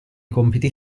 compiti